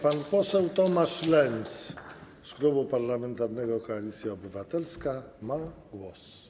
Pan poseł Tomasz Lenz z Klubu Parlamentarnego Koalicja Obywatelska ma głos.